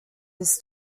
his